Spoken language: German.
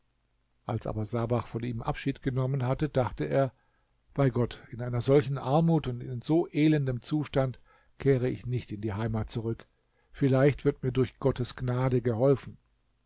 als aber sabach von ihm abschied genommen hatte dachte er bei gott in einer solchen armut und in so elendem zustand kehre ich nicht in die heimat zurück vielleicht wird mir durch gottes gnade geholfen